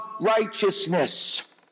righteousness